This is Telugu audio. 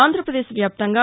ఆంధ్రాప్రదేశ్ వ్యాప్తంగా